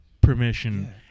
permission